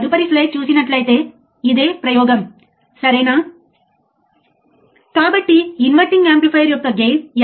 ఇది ఒక step input వోల్టేజ్కు ప్రతిస్పందనగా అవుట్పుట్ వోల్టేజ్ యొక్క గరిష్ట మార్పు